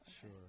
sure